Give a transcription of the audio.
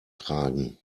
tragen